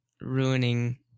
ruining